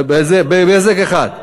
בהבזק אחד.